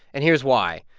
and here's why.